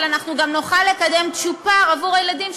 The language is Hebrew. אבל אנחנו גם נוכל לקדם צ'ופר עבור הילדים,